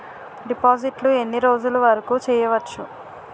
డిపాజిట్లు ఎన్ని రోజులు వరుకు చెయ్యవచ్చు?